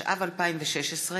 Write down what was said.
התשע"ו 2016,